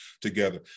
together